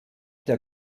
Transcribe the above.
der